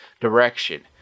direction